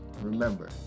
Remember